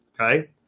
Okay